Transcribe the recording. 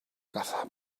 caza